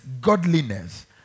godliness